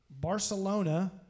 Barcelona